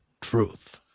truth